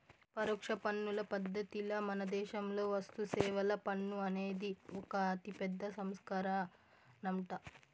పరోక్ష పన్నుల పద్ధతిల మనదేశంలో వస్తుసేవల పన్ను అనేది ఒక అతిపెద్ద సంస్కరనంట